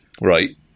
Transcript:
right